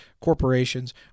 corporations